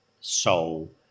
soul